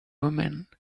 women